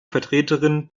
vertreterin